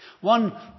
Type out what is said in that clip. One